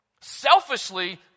Selfishly